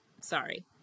Sorry